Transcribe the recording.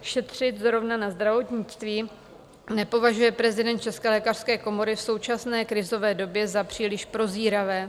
Šetřit zrovna na zdravotnictví, nepovažuje prezident České lékařské komory v současné krizové době za příliš prozíravé.